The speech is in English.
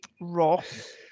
Ross